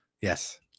Yes